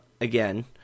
again